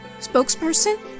spokesperson